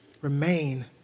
Remain